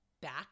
back